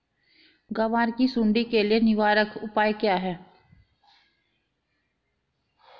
ग्वार की सुंडी के लिए निवारक उपाय क्या है?